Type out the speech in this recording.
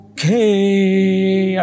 Okay